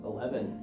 Eleven